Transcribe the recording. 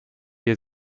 hier